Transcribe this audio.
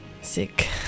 sick